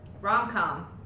Rom-com